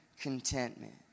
contentment